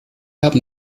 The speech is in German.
haben